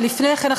ולפני כן,